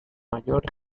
mayor